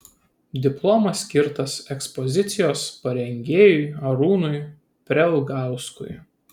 diplomas skirtas ekspozicijos parengėjui arūnui prelgauskui